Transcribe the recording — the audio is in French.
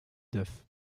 duff